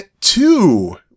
two